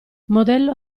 modello